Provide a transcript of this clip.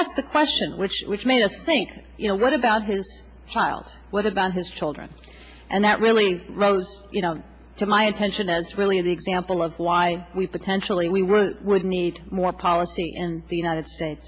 asked the question which which made us think you know what about his child what about his children and that really rose to my attention as really an example of why we potentially were would need more policy in the united states